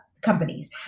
companies